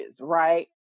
right